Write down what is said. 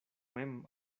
mem